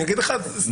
אני אגיד לך למה.